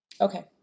Okay